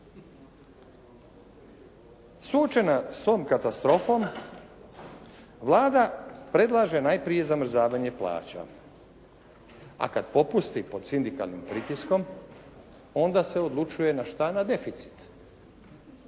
Suočena s tom katastrofom, Vlada predlaže najprije zamrzavanje plaća, a kad popusti pod sindikalnim pritiskom onda se odlučuje na šta, na deficit.